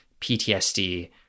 PTSD